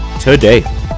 today